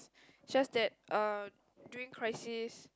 just that uh during crisis